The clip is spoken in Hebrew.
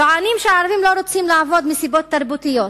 טוענים שהערבים לא רוצים לעבוד מסיבות תרבותיות.